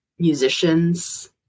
musicians